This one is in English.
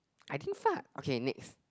I didn't fart okay next